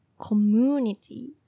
community